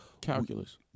Calculus